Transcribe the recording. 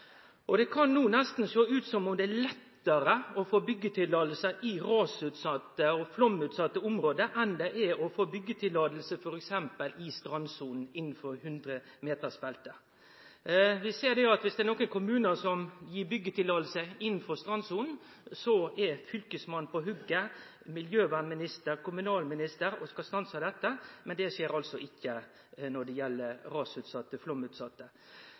Det kan no nesten sjå ut som om det er lettare å få byggjeløyve i rasutsette og flaumutsette område enn det er å få byggjeløyve f.eks. i strandsona innanfor 100-metersbeltet. Vi ser at dersom det er nokre kommunar som gir byggjeløyve innanfor strandsona, er Fylkesmannen, miljøvernminister og kommunalminister på hogget og skal stanse dette, men det skjer altså ikkje når det gjeld rasutsette